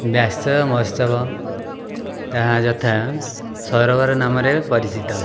ବ୍ୟାସ ମହୋତ୍ସବ ତାହା ଯଥା ସରୋବର ନାମରେ ପରିଚିତ